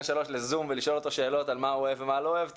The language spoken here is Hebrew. ה-3 ולשאול אותו מה הוא אוהב ולא אוהב,